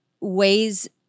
ways